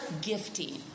gifting